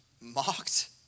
mocked